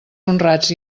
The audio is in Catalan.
honrats